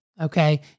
okay